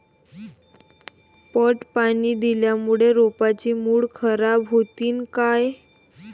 पट पाणी दिल्यामूळे रोपाची मुळ खराब होतीन काय?